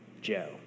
Joe